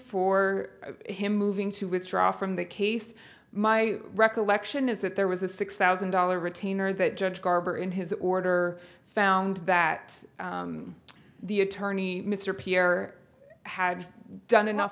for him moving to withdraw from the case my recollection is that there was a six thousand dollars retainer that judge barbour in his order found that the attorney mr pierre had done enough